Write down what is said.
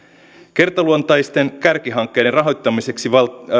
kertaluonteisten kärkihankkeiden rahoittamiseksi